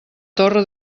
torre